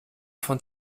von